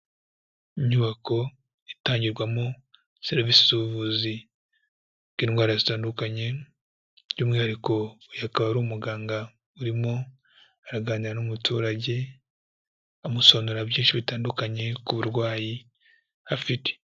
Inyubako itangirwamo serivisi z'ubuvuzi bw'indwara zitandukanye, by'umwihariko uyu akaba ari umuganga urimo araganira n'umuturage, amusobanurira byinshi bitandukanye ku burwayi afite.